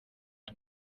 nde